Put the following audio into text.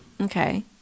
Okay